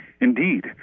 Indeed